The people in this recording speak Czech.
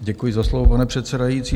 Děkuji za slovo, paní předsedající.